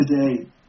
today